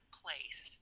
place